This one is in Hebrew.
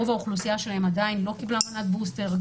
רוב האוכלוסייה שלהם עדיין לא קיבלה מנת בוסטר.